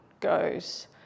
goes